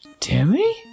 Timmy